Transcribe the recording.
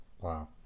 Wow